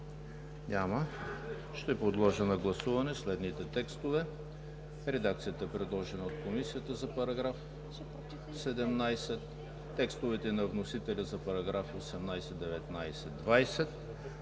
Няма. Ще подложа на гласуване следните текстове: редакцията, предложена от Комисията за § 17; текстовете на вносителя за параграфи 18, 19 и 20;